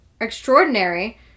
extraordinary